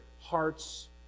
hearts